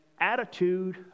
attitude